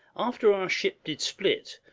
after our ship did split,